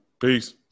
peace